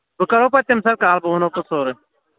بہٕ کَرہو پتہٕ تَمہِ ساتہٕ کال بہٕ ونہو پتہٕ سورُے